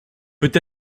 peut